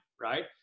right